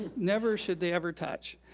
never should they ever touch.